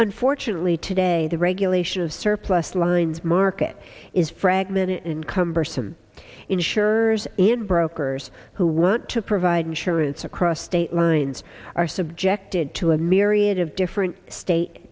unfortunately today the regulation of surplus lines market is fragmented and cumbersome insurers and brokers who want to provide insurance across state lines are subjected to a myriad of different state